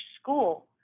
school